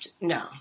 no